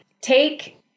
take